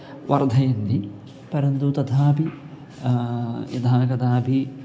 वर्धयन्ति परन्तु तथापि यदा कदापि